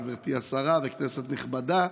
גברתי השרה וכנסת נכבדה,